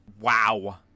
wow